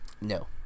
no